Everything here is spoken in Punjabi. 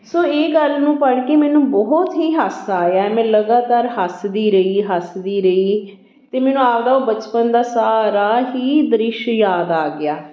ਸੋ ਇਹ ਗੱਲ ਨੂੰ ਪੜ੍ਹ ਕੇ ਮੈਨੂੰ ਬਹੁਤ ਹੀ ਹਾਸਾ ਆਇਆ ਮੈਂ ਲਗਾਤਾਰ ਹੱਸਦੀ ਰਹੀ ਹੱਸਦੀ ਰਹੀ ਅਤੇ ਮੈਨੂੰ ਆਪਦਾ ਉਹ ਬਚਪਨ ਦਾ ਸਾਰਾ ਹੀ ਦ੍ਰਿਸ਼ ਯਾਦ ਆ ਗਿਆ